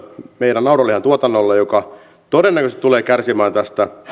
meidän naudanlihan tuotannolle joka todennäköisesti tulee kärsimään tästä